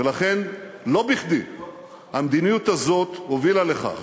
ולכן, לא בכדי המדיניות הזאת הובילה לכך